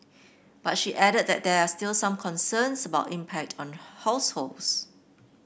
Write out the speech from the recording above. but she added that there are still some concerns about impact on households